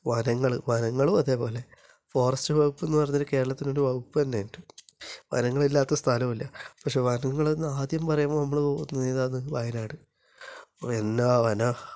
വനങ്ങള് വനങ്ങളും അതേപോലെ ഫോറസ്റ്റ് വകുപ്പ് എന്ന് പറഞ്ഞിട്ട് കേരളത്തിന് ഒരു വകുപ്പ് തന്നെയുണ്ട് വനങ്ങളില്ലാത്ത സ്ഥലമില്ല പക്ഷേ വനങ്ങള് എന്ന് ആദ്യം പറയുമ്പോൾ നമ്മള് പോകുന്നത് ഏതാണ് വയനാട് ഓ എന്നാ വനമാണ്